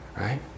right